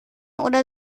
oder